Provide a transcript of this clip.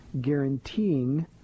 guaranteeing